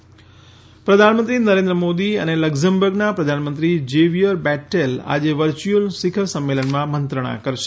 પ્રધાનમંત્રી લકઝમબર્ગ પ્રધાનમંત્રી નરેન્દ્ર મોદી અને લકઝમબર્ગના પ્રધાનમંત્રી ઝેવિયર બેટટેલ આજે વર્ચુઅલ શિખર સંમેલનમાં મંત્રણા કરશે